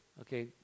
Okay